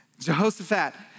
Jehoshaphat